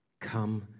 Come